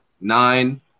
nine